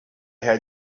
had